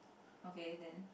okay then